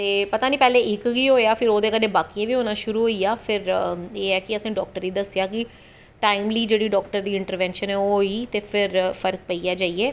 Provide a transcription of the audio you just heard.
पता नी पैह्लैं इक गी होआ ओह्दे कन्नै बाकियें गी बी होना शुरु होईया फिर एह् ऐ कि असें डाक्टरें गी दस्सेआ कि टाईमली जेह्ड़ी डाक्टर दी इंट्रवैंशन होई ते फिर फर्क पेईया जाईयै